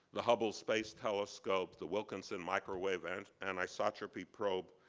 the hubble space telescope, the wilkinson microwave and and anisotropy probe,